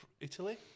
Italy